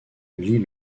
lis